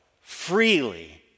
freely